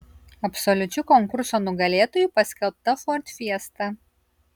absoliučiu konkurso nugalėtoju paskelbta ford fiesta